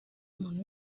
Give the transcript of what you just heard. umuntu